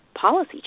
policy